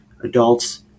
adults